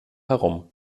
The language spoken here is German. herum